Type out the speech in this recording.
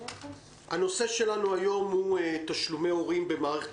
הנושא שלנו היום הוא תשלומי הורים במערכת